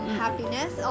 happiness